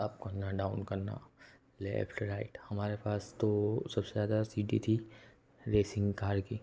up करना down करना left right हमारे पास तो सब से ज़्यादा सी डी थी रेसिंग कार की